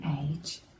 age